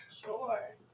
Sure